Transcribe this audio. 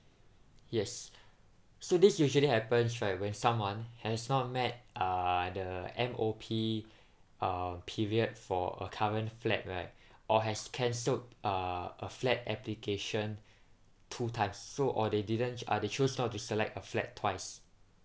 yes so this usually happens right when someone has not met uh the M_O_P uh period for a current flat right or has cancelled uh a flat application two times so or they didn't uh they chose not to select a flat twice